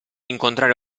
incontrare